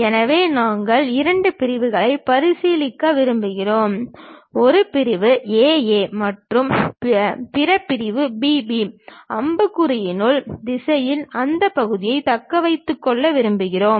எனவே நாங்கள் இரண்டு பிரிவுகளை பரிசீலிக்க விரும்புகிறோம் ஒரு பிரிவு A A மற்றும் பிற பிரிவு B B அம்புக்குறியின் திசையில் அந்த பகுதியை தக்க வைத்துக் கொள்ள விரும்புகிறோம்